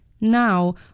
Now